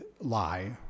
lie